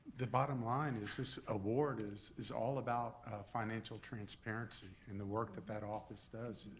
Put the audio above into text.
the bottom line is, this award is is all about financial transparency and the work that that office does,